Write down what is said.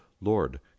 Lord